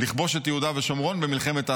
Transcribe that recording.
לכבוש את יהודה ושומרון במלחמת העצמאות.